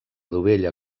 dovella